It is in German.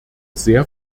sehr